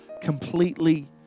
completely